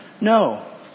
No